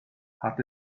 hat